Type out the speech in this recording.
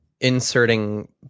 inserting